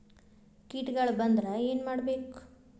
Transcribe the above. ಕೇಟಗಳ ಬಂದ್ರ ಏನ್ ಮಾಡ್ಬೇಕ್?